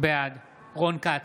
בעד רון כץ,